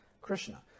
Krishna